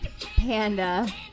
Panda